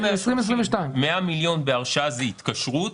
לא 130. 100 מיליון בהרשאה והתקשרות,